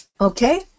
Okay